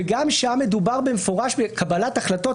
וגם שם מדובר במפורש בקבלת החלטות.